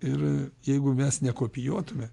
ir jeigu mes nekopijuotume